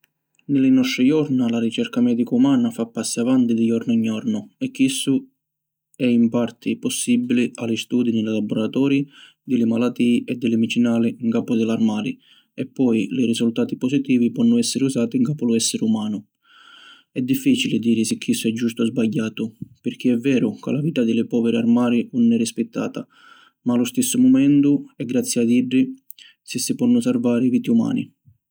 Ni li nostri jorna la ricerca medica umana fa passi avanti di jornu in jornu e chissu è in parti possibili a li studi ni li laboratorî, di li malatî e di li midicinali ncapu di l’armali e poi li risultati positivi ponnu essiri usati ncapu lu essiri umanu. È difficili diri si chissu è giustu o sbagghiatu pirchì è veru ca la vita di li poviri armali ‘un è rispittata ma a lu stissu mumentu, è grazî a iddi si si ponnu sarvari viti umani.